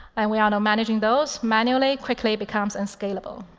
and we all know managing those manually quickly becomes unscalable.